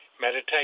meditation